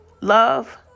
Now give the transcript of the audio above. love